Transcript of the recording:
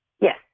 Yes